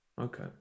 Okay